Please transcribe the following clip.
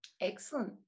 Excellent